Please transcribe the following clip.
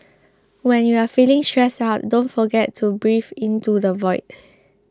when you are feeling stressed out don't forget to breathe into the void